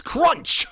Crunch